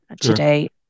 today